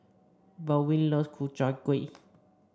Baldwin loves Ku Chai Kueh